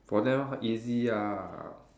for them easy ah